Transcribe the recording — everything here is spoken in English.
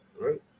Right